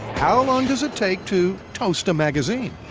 how long does it take to toast a magazine?